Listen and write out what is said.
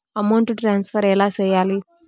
amount transfer ఎలా సేయాలి